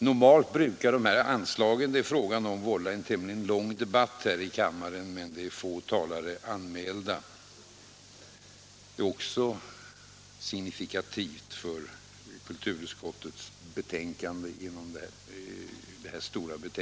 Normalt brukar de anslag det är fråga om vålla en tämligen lång debatt här i kammaren, men det är få talare anmälda, vilket också är signifikativt för årets stora betänkande från kulturutskottet.